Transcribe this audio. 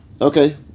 okay